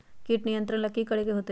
किट नियंत्रण ला कि करे के होतइ?